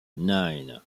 nine